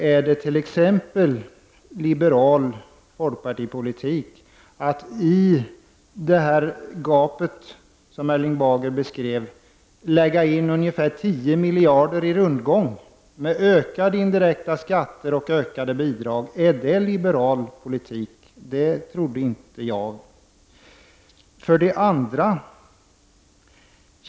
Är det t.ex. liberal folkpartipolitik att i det gap som Erling Bager beskrev lägga in ungefär 10 miljarder i rundgång, med ökade indirekta skatter och ökade bidrag? Är det liberal politik? Det trodde inte jag.